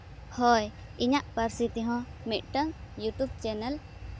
ᱦᱳᱭ ᱤᱧᱟᱹᱜ ᱯᱟᱹᱨᱥᱤ ᱛᱮᱦᱚᱸ ᱢᱤᱫᱴᱟᱝ ᱤᱭᱩᱴᱩᱵᱽ ᱪᱮᱱᱮᱞ